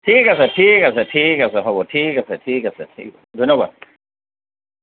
ঠিক আছে ঠিক আছে ঠিক আছে হ'ব ঠিক আছে ঠিক আছে ঠিক আছে ধন্যবাদ